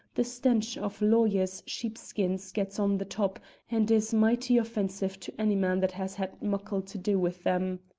the stench of lawyers' sheepskins gets on the top and is mighty offensive to any man that has had muckle to do with them.